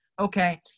okay